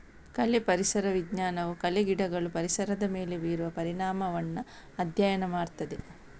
ಕಳೆ ಪರಿಸರ ವಿಜ್ಞಾನವು ಕಳೆ ಗಿಡಗಳು ಪರಿಸರದ ಮೇಲೆ ಬೀರುವ ಪರಿಣಾಮವನ್ನ ಅಧ್ಯಯನ ಮಾಡ್ತದೆ